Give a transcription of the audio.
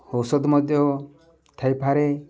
ଔଷଧ ମଧ୍ୟ ଥାଇପାରେ